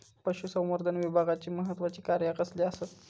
पशुसंवर्धन विभागाची महत्त्वाची कार्या कसली आसत?